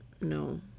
no